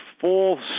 full